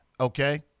Okay